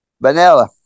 Vanilla